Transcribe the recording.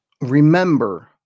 Remember